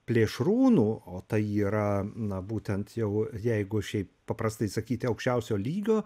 plėšrūnų o tai yra na būtent jau jeigu šiaip paprastai sakyt aukščiausio lygio